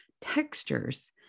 textures